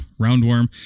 roundworm